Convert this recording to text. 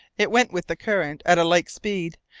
it went with the current at a like speed,